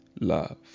love